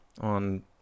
on